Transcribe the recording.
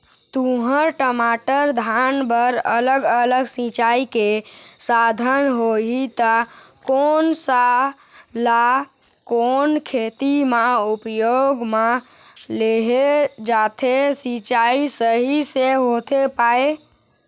तुंहर, टमाटर, धान बर अलग अलग सिचाई के साधन होही ता कोन सा ला कोन खेती मा उपयोग मा लेहे जाथे, सिचाई सही से होथे पाए?